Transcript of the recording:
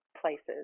places